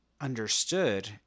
understood